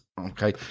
Okay